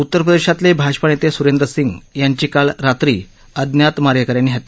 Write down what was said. उत्तरप्रदेशातले भाजपा नेते सुरेंद्र सिंग यांची काल रात्री अज्ञात मारेकऱ्यांनी हत्या केली